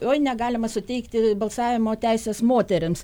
oi negalima suteikti balsavimo teisės moterims